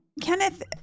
Kenneth